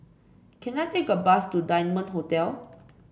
can I take a bus to Diamond Hotel